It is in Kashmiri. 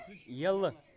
یلہٕ